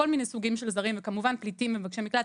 כל מיני סוגים של זרים וכמובן פליטים ומבקשי מקלט,